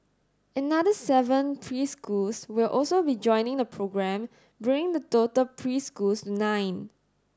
another seven preschools will also be joining the programme bringing the total preschools to nine